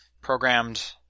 programmed